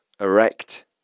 Erect